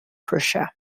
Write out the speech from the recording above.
prussia